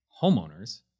homeowners